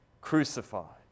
crucified